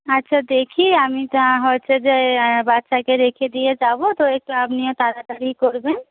আচ্ছা দেখি আমি তা হচ্ছে যে বাচ্চাকে রেখে দিয়ে যাব তো একটু আপনিও তাড়াতাড়ি করবেন